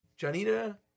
Janita